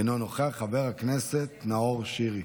אינו נוכח, חבר הכנסת נאור שירי,